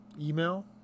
Email